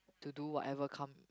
to do whatever come